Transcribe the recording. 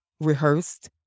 rehearsed